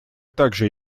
также